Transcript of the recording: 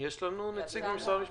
יש לנו נציג משרד המשפטים?